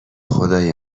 خدای